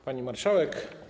Pani Marszałek!